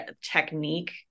technique